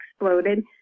exploded